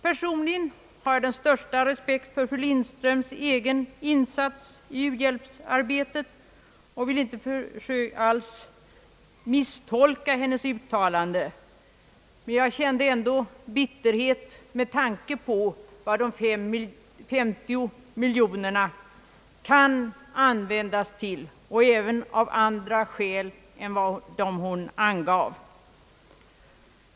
Personligen har jag den största respekt för fru Lindströms egen insats i u-hjälpsarbetet och vill inte alls misstolka hennes uttalande. Jag kände ändå bitterhet med tanke på vad de 50 miljoner kronorna kan användas till, och det även av andra skäl än dem hon angav.